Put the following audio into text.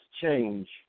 change